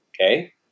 Okay